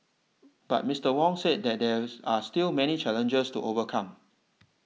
but Mister Wong said that there are still many challenges to overcome